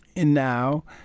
and now